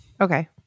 Okay